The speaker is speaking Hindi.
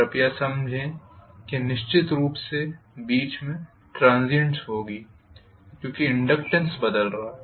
कृपया समझें कि निश्चित रूप से बीच में ट्रंससीएंट्स होगी क्योंकि इनडक्टेन्स बदल रहा है